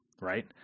Right